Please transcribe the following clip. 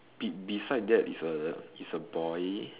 be beside that is a is a boy